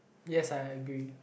yes I agree